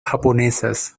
japonesas